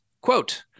quote